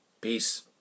Peace